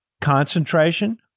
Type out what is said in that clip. concentration